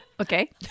Okay